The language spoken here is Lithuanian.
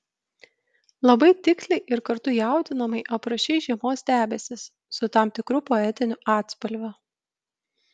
labai tiksliai ir kartu jaudinamai aprašei žiemos debesis su tam tikru poetiniu atspalviu